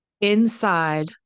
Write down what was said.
inside